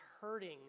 hurting